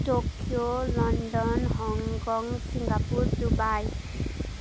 Tokyo London Hong Kong Singapore Dubai